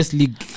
league